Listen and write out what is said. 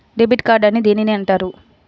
Debit card అని దేనిని అంటారు?